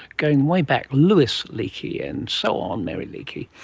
going way back, louis leakey and so on, mary leakey.